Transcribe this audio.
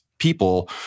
people